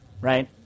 right